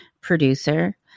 producer